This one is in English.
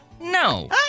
no